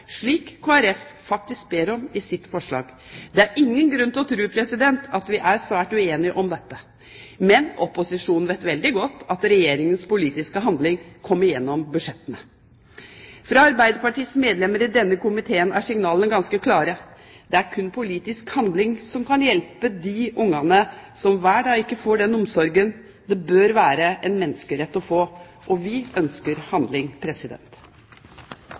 slik Kristelig Folkeparti faktisk ber om i sitt forslag. Det er ingen grunn til å tro at vi er svært uenige om dette, men opposisjonen vet veldig godt at Regjeringens politiske handling kommer gjennom budsjettene. Fra Arbeiderpartiets medlemmer i denne komiteen er signalene ganske klare: Det er kun politisk handling som kan hjelpe de barna som hver dag ikke får den omsorgen det bør være en menneskerett å få. Vi ønsker handling.